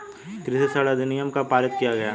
कृषि ऋण अधिनियम कब पारित किया गया?